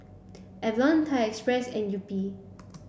Avalon Thai Express and Yupi